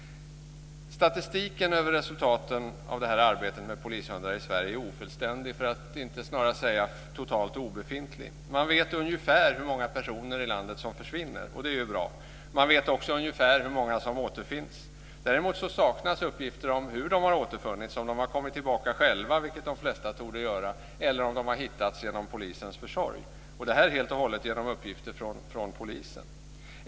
Statistiken över resultaten av arbetet med polishundar i Sverige är ofullständig, för att inte säga totalt obefintlig. Man vet ungefär hur många personer i landet som försvinner, och det är ju bra. Man vet också ungefär hur många som återfinns. Däremot saknas uppgifter om hur de återfunnits, om de har kommit tillbaka själva, vilket de flesta torde göra, eller om de har hittats genom polisens försorg. Det är helt och hållet uppgifter från polisen.